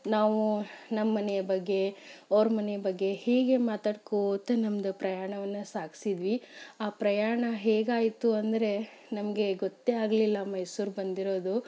ನಾವು ನಮ್ಮ ಮನೆಯ ಬಗ್ಗೆ ಅವ್ರ ಮನೆಯ ಬಗ್ಗೆ ಹೀಗೆ ಮಾತಾಡ್ಕೋತಾ ನಮ್ದು ಪ್ರಯಾಣವನ್ನು ಸಾಗಿಸಿದ್ವಿ ಆ ಪ್ರಯಾಣ ಹೇಗಾಯಿತು ಅಂದರೆ ನಮಗೆ ಗೊತ್ತೇ ಆಗಲಿಲ್ಲ ಮೈಸೂರು ಬಂದಿರೋದು